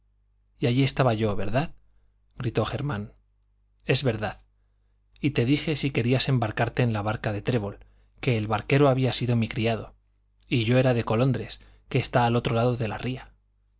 y allí estaba yo verdad gritó germán es verdad y te dije si querías embarcarte en la barca de trébol que el barquero había sido mi criado y yo era de colondres que está al otro lado de la ría